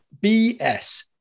BS